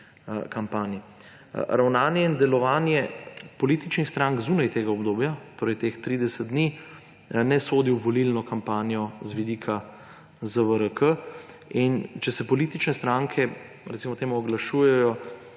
kampanji. Ravnanje in delovanje političnih strank zunaj tega obdobja, torej teh 30 dni, ne sodi v volilno kampanjo z vidika ZVRK, in če se politične stranke, recimo temu, oglašujejo